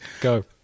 Go